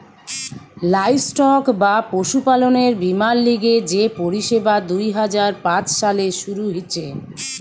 livestock বা পশুপালনের বীমার লিগে যে পরিষেবা দুই হাজার পাঁচ সালে শুরু হিছে